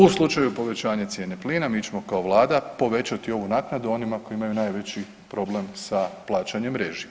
U slučaju povećanja cijene plina mi ćemo kao Vlada povećati ovu naknadu onima koji imaju najveći problem sa plaćanjem režija.